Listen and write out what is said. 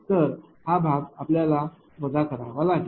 तर हा भाग आपल्याला वजा करावा लागेल